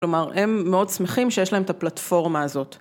כלומר, הם מאוד שמחים שיש להם את הפלטפורמה הזאת.